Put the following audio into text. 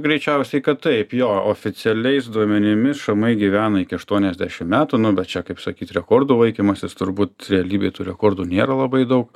greičiausiai kad taip jo oficialiais duomenimis šamai gyvena iki aštuoniasdešim metų nu bet čia kaip sakyt rekordų vaikymasis turbūt realybėj tų rekordų nėra labai daug